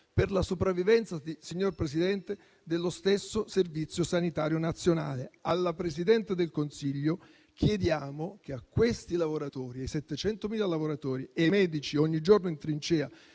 per la sopravvivenza dello stesso Servizio sanitario nazionale. Alla Presidente del Consiglio chiediamo che a questi lavoratori, ai 700.000 lavoratori e ai medici ogni giorno in trincea